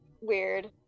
weird